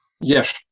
Yes